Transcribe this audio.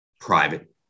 private